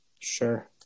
sure